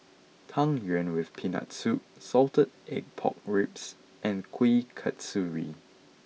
Tang Yuen with Peanut Soup Salted Egg Pork Ribs and Kuih Kasturi